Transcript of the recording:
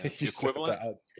equivalent